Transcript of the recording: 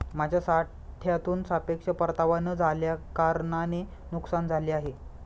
माझ्या साठ्यातून सापेक्ष परतावा न झाल्याकारणाने नुकसान झाले आहे